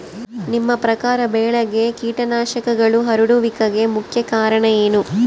ನಿಮ್ಮ ಪ್ರಕಾರ ಬೆಳೆಗೆ ಕೇಟನಾಶಕಗಳು ಹರಡುವಿಕೆಗೆ ಮುಖ್ಯ ಕಾರಣ ಏನು?